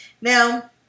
Now